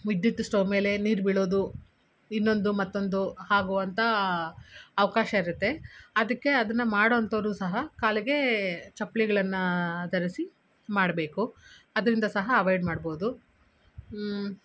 ವಿದ್ಯುತ್ ಸ್ಟವ್ ಮೇಲೆ ನೀರು ಬೀಳೋದು ಇನ್ನೊಂದು ಮತ್ತೊಂದು ಆಗುವಂಥ ಅವಕಾಶ ಇರುತ್ತೆ ಅದಕ್ಕೆ ಅದನ್ನು ಮಾಡುವಂಥೋರು ಸಹ ಕಾಲಿಗೆ ಚಪ್ಪಲಿಗಳನ್ನ ಧರಿಸಿ ಮಾಡಬೇಕು ಅದರಿಂದ ಸಹ ಅವಾಯ್ಡ್ ಮಾಡ್ಬೋದು